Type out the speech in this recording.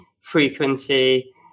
frequency